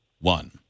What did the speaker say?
one